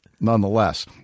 nonetheless